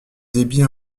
débit